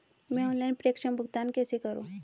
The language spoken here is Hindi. मैं ऑनलाइन प्रेषण भुगतान कैसे करूँ?